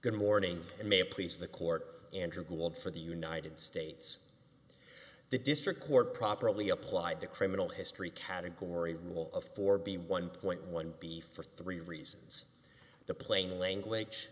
good morning and may please the court and your gold for the united states the district court properly applied the criminal history category rule of four b one point one b for three reasons the plain language